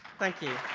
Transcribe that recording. thank you.